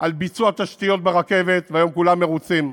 על ביצוע תשתיות ברכבת, והיום כולם מרוצים,